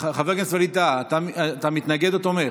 חבר הכנסת ווליד טאהא, אתה מתנגד או תומך?